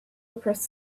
across